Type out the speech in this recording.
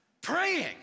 praying